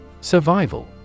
Survival